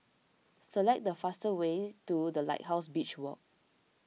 select the fastest way to the Lighthouse Beach Walk